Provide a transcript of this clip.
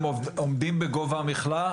הם עומדים בגובה המפלס,